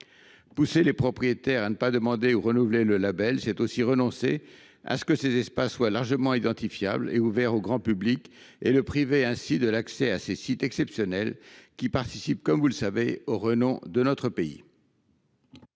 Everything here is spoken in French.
Pousser les propriétaires à ne pas demander l’obtention ou le renouvellement de ce label, c’est aussi renoncer à ce que ces espaces soient largement identifiables et ouverts au grand public et priver ainsi ce dernier de l’accès à ces sites exceptionnels qui participent, comme vous le savez, au renom de notre pays.